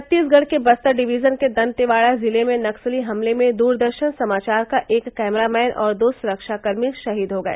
छत्तीसगढ़ के बस्तर डिविजन के दंतेवाड़ा जिले में नक्सली हमले में दूरदर्शन समाचार का एक कैमरामैन और दो सुरक्षाकर्मी शहीद हो गए